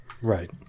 Right